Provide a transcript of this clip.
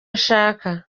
nshaka